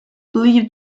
believed